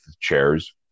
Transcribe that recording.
chairs